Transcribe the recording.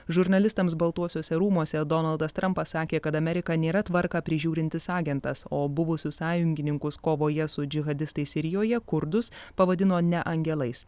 žurnalistams baltuosiuose rūmuose donaldas trampas sakė kad amerika nėra tvarką prižiūrintis agentas o buvusius sąjungininkus kovoje su džihadistais sirijoje kurdus pavadino ne angelais